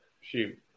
Shoot